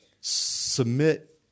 Submit